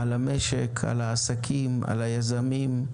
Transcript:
על המשק, על העסקים, על היזמים,